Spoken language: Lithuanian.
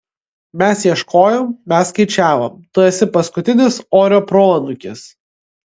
mes ieškojom mes skaičiavom tu esi paskutinis orio proanūkis